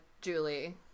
Julie